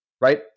right